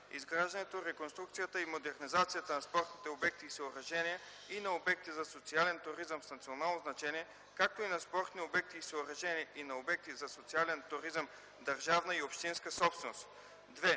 изграждането, реконструкцията и модернизацията на спортни обекти и съоръжения и на обекти за социален туризъм с национално значение, както и на спортни обекти и съоръжения и на обекти за социален туризъм – държавна и общинска собственост;” 2.